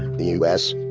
the u s.